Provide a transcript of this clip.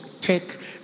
take